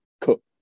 cook